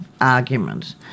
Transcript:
argument